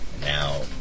Now